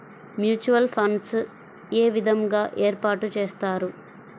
Mutual funds ఏ విధంగా ఏర్పాటు చేస్తారు?